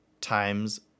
times